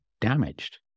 damaged